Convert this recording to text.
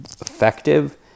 effective